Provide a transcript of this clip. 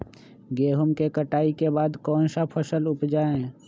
गेंहू के कटाई के बाद कौन सा फसल उप जाए?